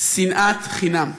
שנאת חינם.